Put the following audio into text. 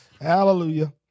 Hallelujah